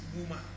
woman